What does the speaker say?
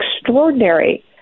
extraordinary